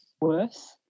worse